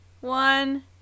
one